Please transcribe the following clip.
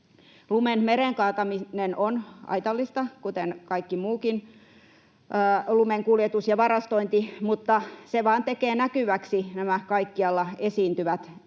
Lumen mereen kaataminen on haitallista, kuten kaikki muukin lumen kuljetus ja varastointi, mutta se vain tekee näkyväksi nämä kaikkialla esiintyvät